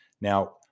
Now